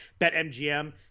BetMGM